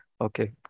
okay